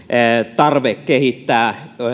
tarve kehittää